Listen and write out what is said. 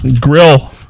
Grill